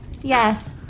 Yes